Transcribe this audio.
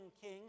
king